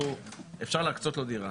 אפשר להקצות לו דירה.